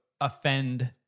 offend